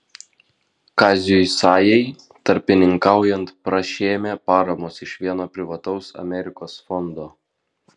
kaziui sajai tarpininkaujant prašėme paramos iš vieno privataus amerikos fondo